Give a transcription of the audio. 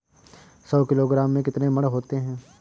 सौ किलोग्राम में कितने मण होते हैं?